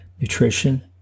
nutrition